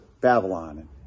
Babylon